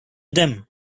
them